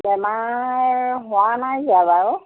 বেমাৰ হোৱা নাইকিয়া বাৰু